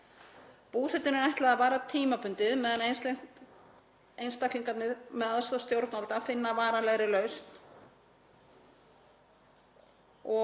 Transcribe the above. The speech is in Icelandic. Búsetunni er ætlað að vara tímabundið meðan einstaklingarnir með aðstoð stjórnvalda finna varanlegri lausn